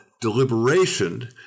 deliberation